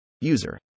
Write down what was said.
User